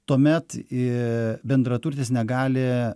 tuomet ir bendraturtis negali